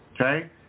Okay